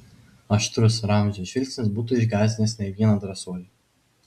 aštrus ramzio žvilgsnis būtų išgąsdinęs ne vieną drąsuolį